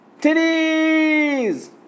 titties